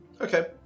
Okay